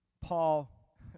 Paul